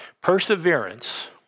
Perseverance